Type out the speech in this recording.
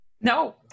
no